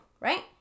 right